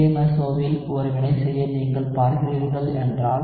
DMSO வில் ஒரு வினை செய்ய நீங்கள் பார்க்கிறீர்கள் என்றால்